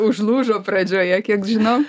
užlūžo pradžioje kiek žinau